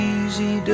Easy